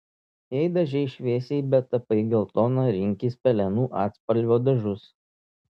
jei dažei šviesiai bet tapai geltona rinkis pelenų atspalvio dažus